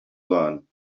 learn